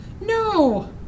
No